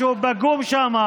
משהו פגום שם.